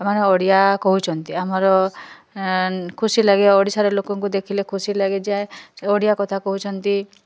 ଏମାନେ ଓଡ଼ିଆ କହୁଛନ୍ତି ଆମର ଖୁସି ଲାଗେ ଓଡ଼ିଶାରେ ଲୋକଙ୍କୁ ଦେଖିଲେ ଖୁସି ଲାଗେ ଯେ ସେ ଓଡ଼ିଆ କଥା କହୁଛନ୍ତି